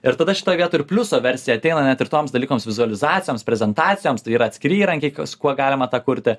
ir tada šitoj vietoj pliuso ir versija ateina net ir toms dalykoms vizualizacijoms prezentacijoms tai yra atskiri įrankiai kas kuo galima tą kurti